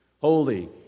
Holy